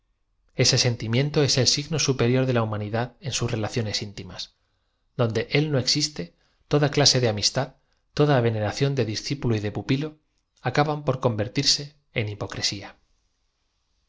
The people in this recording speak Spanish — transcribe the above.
ese sentimiento es el signo superior de la humanidad en sus relaciones íntimas donde él no existe toda clase de amistad toda veneración de discípulo y de pupilo acaban por convertirse en hipocresía